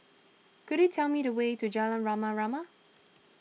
could you tell me the way to Jalan Rama Rama